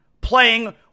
playing